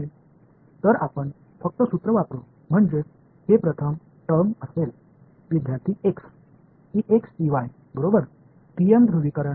எனவே சூத்திரத்தைப் பயன்படுத்துவோம் எனவே இது முதல் வெளிப்பாடாக இருக்கும்